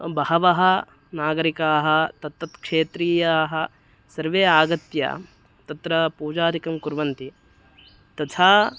बहवः नागरिकाः तत्तत्क्षेत्रीयाः सर्वे आगत्य तत्र पूजादिकं कुर्वन्ति तथा